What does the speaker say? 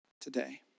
today